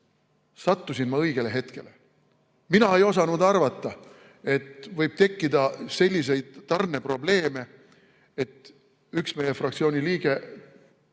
sattusin ma õigele hetkele. Mina ei osanud arvata, et võib tekkida selliseid tarneprobleeme, et üks meie fraktsiooni liige